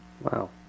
Wow